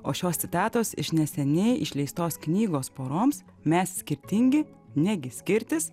o šios citatos iš neseniai išleistos knygos poroms mes skirtingi negi skirtis